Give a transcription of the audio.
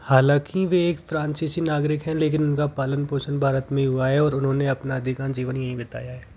हालाँकि वे एक फ्रांसीसी नागरिक हैं लेकिन उनका पालन पोषण भारत में ही हुआ है और उन्होंने अपना अधिकांश जीवन यहीं बिताया है